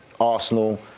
Arsenal